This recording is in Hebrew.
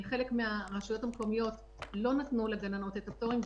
חלק מהרשויות המקומיות לא נתנו לגננות את הפטורים,